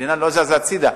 המדינה לא זזה הצדה,